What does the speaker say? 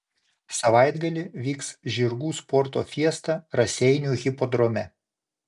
savaitgalį vyks žirgų sporto fiesta raseinių hipodrome